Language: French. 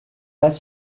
pas